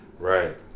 Right